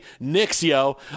Nixio